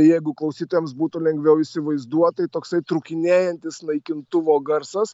jeigu klausytojams būtų lengviau įsivaizduot tai toksai trūkinėjantis naikintuvo garsas